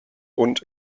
und